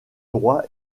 droit